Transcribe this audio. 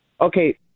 okay